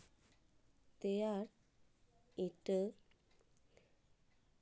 ᱛᱮᱭᱟᱨ ᱤᱴᱟᱹ